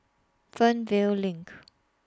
Fernvale LINK